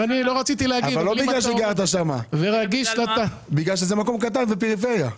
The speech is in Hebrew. אבל לא כי גרת שם אלא כי זה מקום קטן ופריפריה.